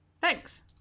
Thanks